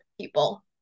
people